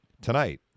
tonight